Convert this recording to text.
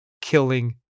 killing